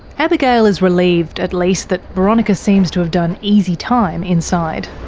abigail is relieved at least that boronika seems to have done easy time inside.